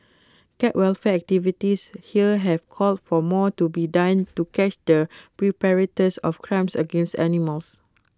cat welfare activists here have called for more to be done to catch their perpetrators of crimes against animals